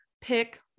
pick